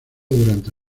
durante